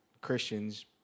Christians